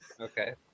Okay